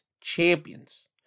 champions